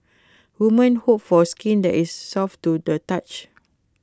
women hope for skin that is soft to the touch